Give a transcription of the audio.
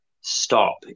stop